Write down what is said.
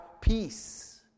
peace